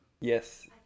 Yes